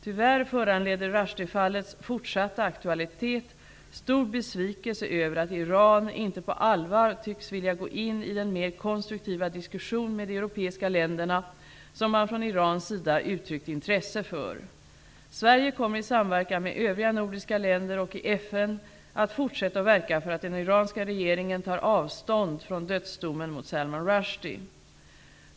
Tyvärr föranleder Rushdiefallets fortsatta aktualitet stor besvikelse över att Iran inte på allvar tycks vilja gå in i den mer konstruktiva diskussion med de europeiska länderna som man från Irans sida uttryckt intresse för. Sverige kommer i samverkan med övriga nordiska länder och i FN att fortsätta verka för att den iranska regeringen tar avstånd från dödsdomen mot Salman Rushdie.